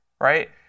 right